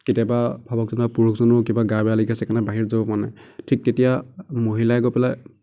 কেতিয়াবা ভাবক যেনিবা পুৰুষজনৰো কিবা গা বেয়া লাগি আছে সেইকাৰণে বাহিৰত যাব পৰা নাই ঠিক তেতিয়া মহিলাই গৈ পেলাই